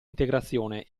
integrazione